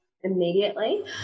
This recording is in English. Immediately